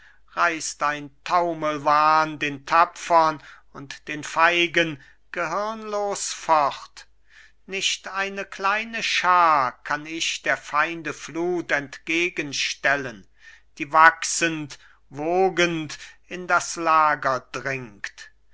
reißt ein taumelwahn den tapfern und den feigen gehirnlos fort nicht eine kleine schar kann ich der feinde flut entgegenstellen die wachsend wogend in das lager dringt